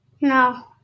No